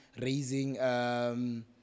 raising